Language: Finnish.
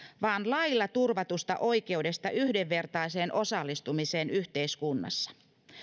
vaan lailla turvatusta oikeudesta yhdenvertaiseen osallistumiseen yhteiskunnassa